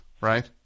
right